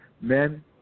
men